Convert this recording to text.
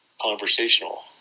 conversational